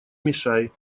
мешай